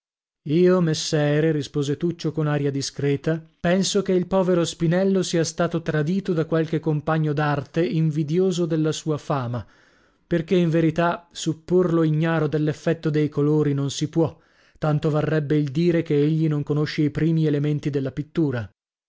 io messere rispose tuccio con aria discreta penso che il povero spinello sia stato tradito da qualche compagno d'arte invidioso della sua fama perchè in verità supporlo ignaro dell'effetto dei colori non si può tanto varrebbe il dire che egli non conosce i primi elementi della pittura